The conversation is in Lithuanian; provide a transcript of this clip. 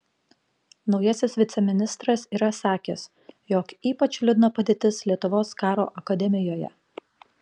naujasis viceministras yra sakęs jog ypač liūdna padėtis lietuvos karo akademijoje